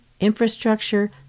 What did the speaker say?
infrastructure